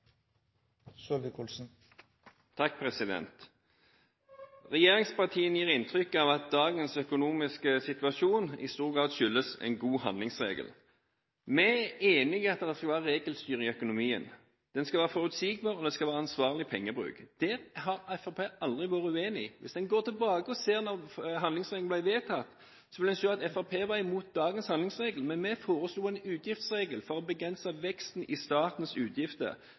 Regjeringspartiene gir inntrykk av at dagens økonomiske situasjon i stor grad skyldes en god handlingsregel. Vi er enig i at det skal være regelstyring i økonomien. Den skal være forutsigbar, og det skal være ansvarlig pengebruk. Fremskrittspartiet har aldri vært uenig i det. Hvis en går tilbake og ser da handlingsregelen ble vedtatt, vil en se at Fremskrittspartiet var imot dagens handlingsregel, men vi foreslo en utgiftsregel for å begrense veksten i statens utgifter